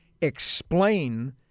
explain